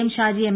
M Shaji M